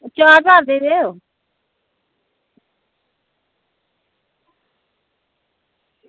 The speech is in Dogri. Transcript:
चार ज्हार देई देओ